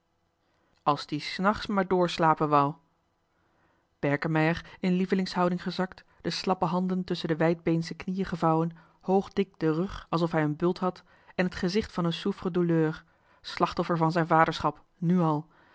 as t ie s nàchts maar doorslapen wou berkemeier in lievelingshouding gezakt de slappe handen tusschen de wijdbeensche knieën gevouwen hoogdik den rug alsof hij een bult had en het gezicht van souffre douleur slachtoffer van zijn vaderschap nu al